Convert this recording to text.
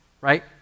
right